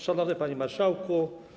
Szanowny Panie Marszałku!